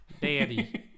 Daddy